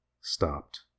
stopped